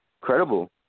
credible